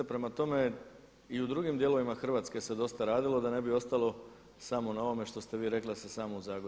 Prema tome i u drugim dijelovima Hrvatske se dosta radilo da ne bi ostalo samo na ovome što ste vi rekli da se samo u … ulagalo.